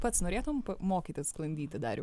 pats norėtum mokytis sklandyti dariau